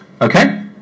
Okay